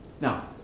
Now